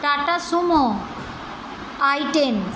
tata Sumo i ten